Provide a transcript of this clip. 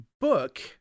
book